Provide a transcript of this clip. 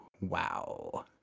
wow